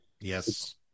Yes